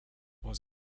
was